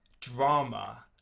drama